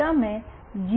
તમે જી